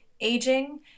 aging